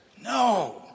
No